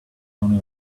only